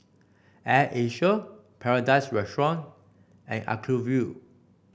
Air Asia Paradise Restaurant and Acuvue